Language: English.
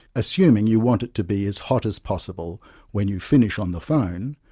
assuming you want it to be as hot as possible when you finish on the phone,